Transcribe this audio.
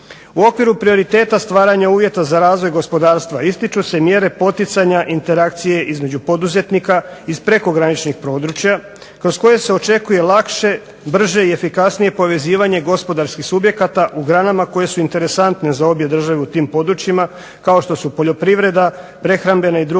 U okviru prioriteta stvaranje uvjeta za razvoj gospodarstva ističu se mjere poticanja interakcije između poduzetnika iz prekograničnih područja kroz koje se očekuje lakše brže i efikasnije povezivanje gospodarskih subjekata u granama koje su interesantne za obje države u tim područjima kao što su poljoprivreda, prehrambena i druge